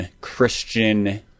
christian